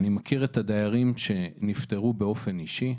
אני מכיר את הדיירים שנפטרו באופן אישי,